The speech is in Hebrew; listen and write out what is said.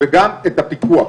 וגם את הפיקוח.